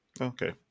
Okay